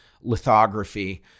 lithography